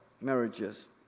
marriages